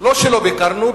לא שלא ביקרנו,